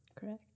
Correct